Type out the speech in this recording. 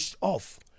off